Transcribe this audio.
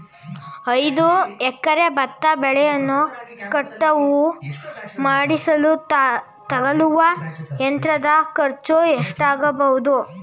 ಐದು ಎಕರೆ ಭತ್ತ ಬೆಳೆಯನ್ನು ಕಟಾವು ಮಾಡಿಸಲು ತಗಲುವ ಯಂತ್ರದ ಖರ್ಚು ಎಷ್ಟಾಗಬಹುದು?